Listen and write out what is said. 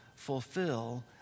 Fulfill